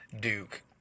Duke